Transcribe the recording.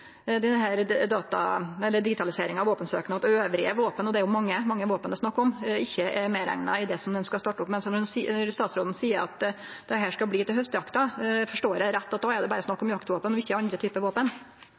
av våpensøknader. Det er jo mange våpen det er snakk om som ikkje er medrekna i det ein skal starte opp med. Statsråden seier at det skal bli til haustjakta. Forstår eg det rett, at det då berre er snakk om jaktvåpen og ikkje andre typar våpen?